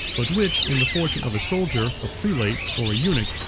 but which, in the fortune of a soldier, a prelate, or a eunuch,